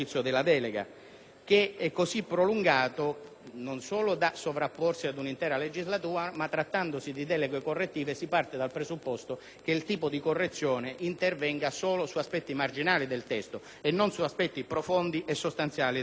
che è prolungato in modo da sovrapporsi ad un'intera legislatura. Inoltre, trattandosi di deleghe correttive, si parte dal presupposto che il tipo di correzione intervenga solo su aspetti marginali e non profondi e sostanziali del testo, il